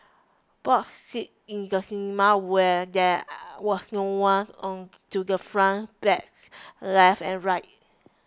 bought seats in the cinema where there was no one on to the front back left and right